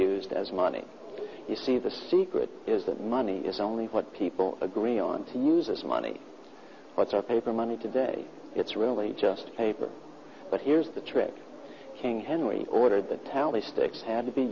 used as money you see the secret is that money is only what people agree on as money or paper money today it's really just paper but here's the trick king henry ordered the tally sticks had to be